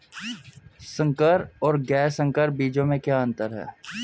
संकर और गैर संकर बीजों में क्या अंतर है?